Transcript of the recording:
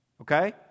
Okay